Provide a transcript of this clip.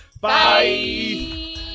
Bye